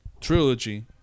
trilogy